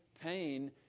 pain